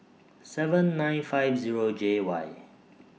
seven nine five Zero J Y